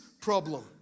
problem